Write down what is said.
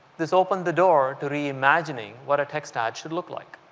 this opened the door to reimagine ing what a text ad should look like,